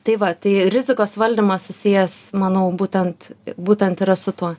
tai va tai rizikos valdymas susijęs manau būtent būtent yra su tuo